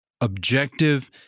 objective